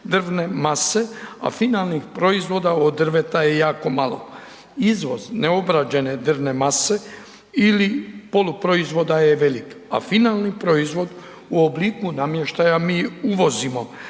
drvne mase a finalnih proizvoda od drveta je jako malo. Izvoz neobrađene drvne mase ili poluproizvoda je velik a finalni proizvod u obliku namještaja mi uvozimo.